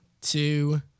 two